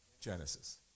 Genesis